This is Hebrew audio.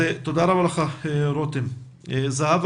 תודה רבה לך, רותם זהבי.